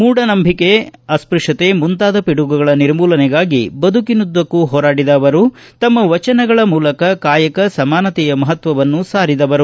ಮೂಢನಂಬಿಕೆ ಅಸ್ತಶ್ವತೆ ಮುಂತಾದ ಪಿಡುಗುಗಳ ನಿರ್ಮೂಲನೆಗಾಗಿ ಬದುಕಿನುದ್ದಕ್ಕೂ ಹೋರಾಡಿದ ಅವರು ತಮ್ಮ ವಚನಗಳ ಮೂಲಕ ಕಾಯಕ ಸಮಾನತೆಯ ಮಹತ್ವವನ್ನು ಸಾರಿದವರು